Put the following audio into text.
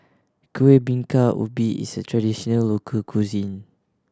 Kuih Bingka Ubi is a traditional local cuisine